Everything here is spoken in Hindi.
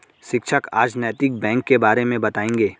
शिक्षक आज नैतिक बैंक के बारे मे बताएँगे